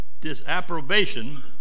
disapprobation